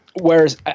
Whereas